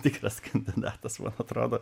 tikras kandidatas man atrodo